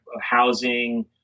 housing